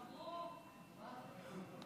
ההצעה להעביר את הצעת החוק לתיקון פקודת הראיות (מס' 20)